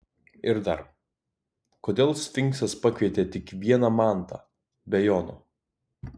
ir dar kodėl sfinksas pakvietė tik vieną mantą be jono